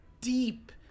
deep